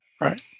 Right